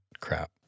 crap